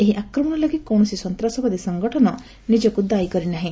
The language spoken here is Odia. ଏହି ଆକ୍ରମଣ ଲାଗି କୌଣସି ସନ୍ତାସବାଦୀ ସଂଗଠନ ନିଜକୁ ଦାୟୀ କରିନାହିଁ